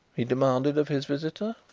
he demanded of his visitor.